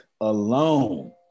alone